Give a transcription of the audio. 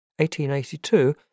1882